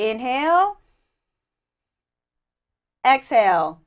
inhale exhale